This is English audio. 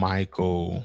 Michael